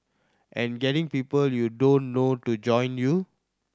and getting people you don't know to join you